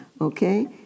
okay